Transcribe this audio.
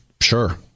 sure